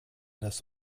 das